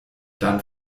dann